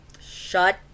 Shut